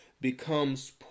becomes